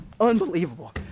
unbelievable